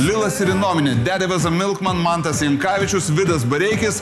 lilas ir inomine dedy vas a milkman mantas jankavičius vidas bareikis